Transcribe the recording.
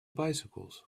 bicycles